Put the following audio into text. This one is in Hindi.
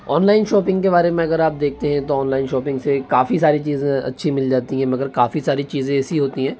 ऑनलाइन शॉपिंग के बारे में अगर आप देखते हैं तो ऑनलाइन शॉपिंग से काफ़ी सारी चीज़ें अच्छी मिल जाती हैं मगर काफ़ी सारी चीज़ें ऐसी होती हैं